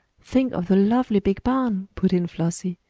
think of the lovely big barn, put in flossie.